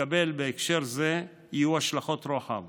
שתתקבל בהקשר זה יהיו השלכות רוחב